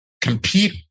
compete